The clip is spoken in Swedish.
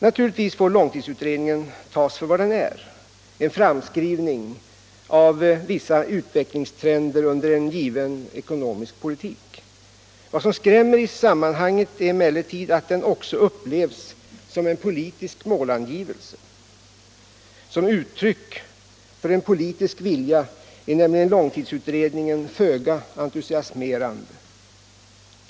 Naturligtvis får långtidsutredningen tas för vad den är — en framskrivning av vissa utvecklingstrender under en given ekonomisk politik. Vad som skrämmer i sammanhanget är emellertid att den också upplevs som en politisk målangivelse. Som uttryck för en politisk vilja är nämligen långtidsutredningen föga entusiasmerande.